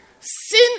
Sin